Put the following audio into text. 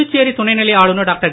புதுச்சேரி துணைநிலை ஆளுனர் டாக்டர்